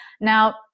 Now